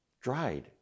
dried